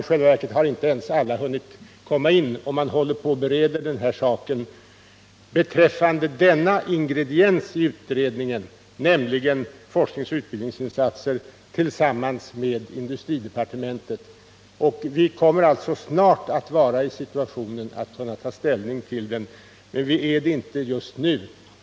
I själva verket har ännu inte alla remissvar hunnit komma in, men man håller på att bereda denna ingrediens i utredningen, forskningsoch utbildningsinsatser, tillsammans med industridepartementet. Vi kommer snart att vara i den situationen att vi kan ta ställning, men vi är det inte just nu.